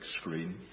screen